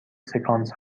سکانس